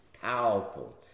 Powerful